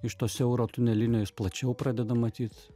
iš to siauro tunelinio jis plačiau pradeda matyt